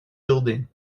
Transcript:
building